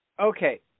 okay